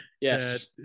yes